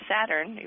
Saturn